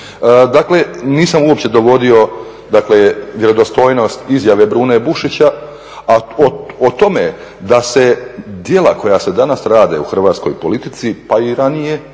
Dakle nisam uopće dovodio dakle vjerodostojnost izjave Brune Bušića a o tome da se djela koja se danas rade u hrvatskoj politici pa i ranije